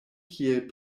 kiel